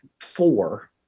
four